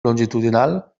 longitudinal